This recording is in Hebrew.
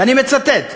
ואני מצטט: